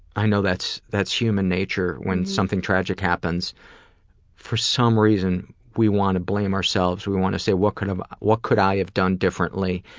i know that's that's human nature when something tragic happens for some reason we want to blame ourselves, we wanna say what kind of what could i have done differently?